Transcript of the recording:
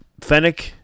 Fennec